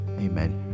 amen